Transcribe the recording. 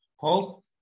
Paul